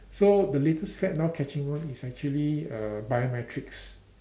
so the latest fad now catching on is actually uh biometrics